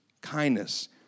kindness